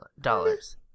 dollars